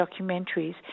documentaries